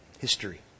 History